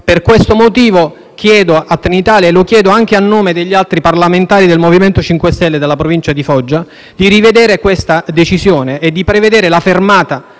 Per questo motivo chiedo a Trenitalia, anche a nome degli altri parlamentari del MoVimento 5 Stelle della provincia di Foggia, di rivedere questa decisione e di prevedere la fermata